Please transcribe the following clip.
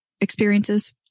experiences